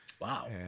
Wow